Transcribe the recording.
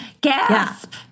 Gasp